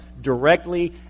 directly